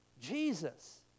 jesus